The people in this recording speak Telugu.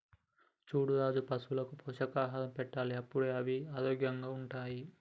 చూడు రాజు పశువులకు పోషకాహారం పెట్టాలి అప్పుడే అవి ఆరోగ్యంగా ఉంటాయి